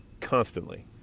Constantly